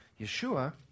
Yeshua